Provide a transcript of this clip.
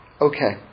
Okay